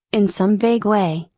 in some vague way,